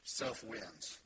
self-wins